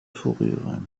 fourrures